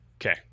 Okay